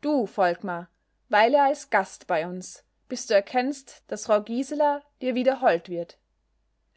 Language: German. du volkmar weile als gast bei uns bis du erkennst daß frau gisela dir wieder hold wird